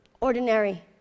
ordinary